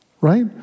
right